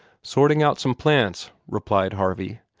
sorting out some plants, replied harvey.